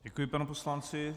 Děkuji panu poslanci.